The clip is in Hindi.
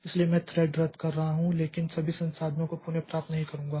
इसलिए मैं थ्रेड रद्द करता हूं लेकिन सभी संसाधनों को पुनः प्राप्त नहीं करूंगा